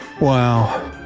Wow